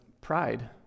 pride